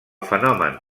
fenomen